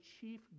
chief